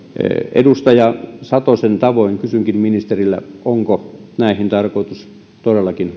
edustaja satosen tavoin kysynkin ministeriltä onko näihin tarkoitus todellakin